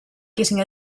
getting